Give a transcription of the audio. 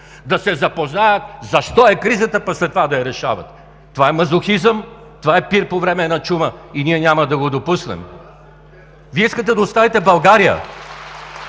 да се запознаят защо е кризата, пък след това да я решават?! Това е мазохизъм, това е пир по време на чума и ние няма да го допуснем! (Силни ръкопляскания